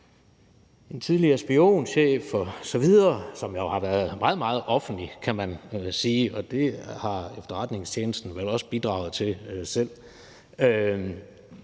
den tidligere spionchef osv., som jo har været meget, meget offentlig, kan man sige, og det har efterretningstjenesten vel også bidraget til selv,